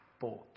bought